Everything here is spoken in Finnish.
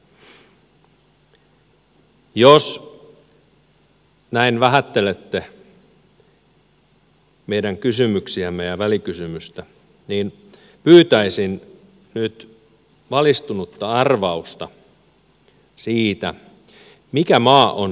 jos näin vähättelette meidän kysymyksiämme ja välikysymystä niin pyytäisin nyt valistunutta arvausta siitä mikä maa on seuraava